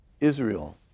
Israel